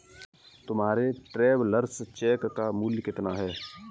तुम्हारे travellers cheque का मूल्य कितना है?